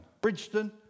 Bridgeton